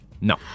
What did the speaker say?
No